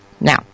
Now